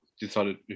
decided